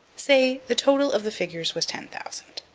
say, the total of the figures was ten thousand.